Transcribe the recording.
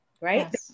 right